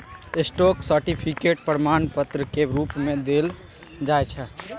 stock certificate प्रमाण पत्रक रुप मे देल जाइ छै